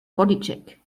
bodycheck